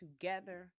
together